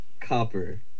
copper